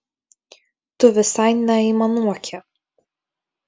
tu visai neaimanuoki